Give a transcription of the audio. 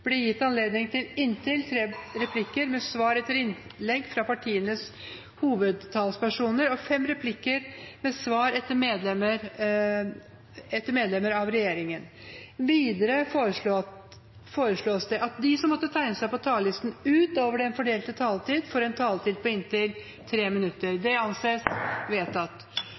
blir gitt anledning til inntil tre replikker med svar etter innlegg fra partienes hovedtalspersoner og fem replikker med svar etter innlegg fra medlemmer av regjeringen innenfor den fordelte taletid. Videre foreslås det at de som måtte tegne seg på talerlisten utover den fordelte taletid, får en taletid på inntil 3 minutter. – Det anses vedtatt.